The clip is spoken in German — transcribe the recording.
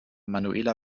manuela